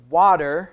water